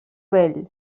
vell